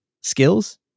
skills